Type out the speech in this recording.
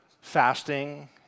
fasting